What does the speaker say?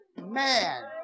man